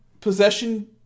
possession